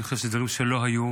אני חושב שאלה דברים שלא היו.